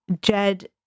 jed